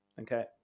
Okay